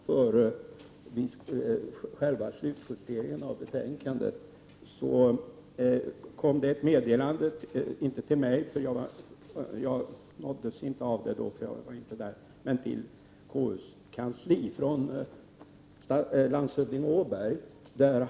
Fru talman! Jag har ingenting att dölja. Men det är fråga om i vilken ordning vi skall debattera frågorna. Låt mig svara på frågan om vad som före kommit vid själva slutjusteringen av betänkandet. Det kom ett meddelande, inte till mig, men till KUs kansli från landshövding Åberg.